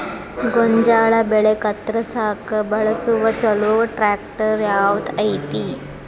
ಗೋಂಜಾಳ ಬೆಳೆ ಕತ್ರಸಾಕ್ ಬಳಸುವ ಛಲೋ ಟ್ರ್ಯಾಕ್ಟರ್ ಯಾವ್ದ್ ಐತಿ?